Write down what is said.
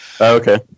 Okay